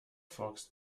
fox